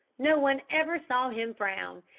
no one ever saw him frown.